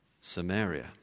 Samaria